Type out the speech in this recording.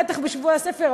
בטח בשבוע הספר,